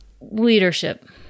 Leadership